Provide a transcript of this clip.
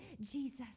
Jesus